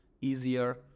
easier